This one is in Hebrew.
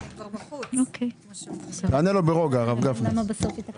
הדבר הזה שינינו לבקשת הוועדה כך שלא עובדים בתקציב המשכי,